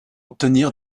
obtenir